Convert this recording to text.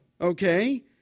okay